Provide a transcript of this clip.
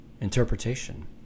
interpretation